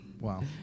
Wow